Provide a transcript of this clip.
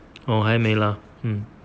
oh 还没 lah mm